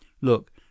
Look